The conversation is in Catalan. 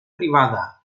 privada